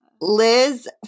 Liz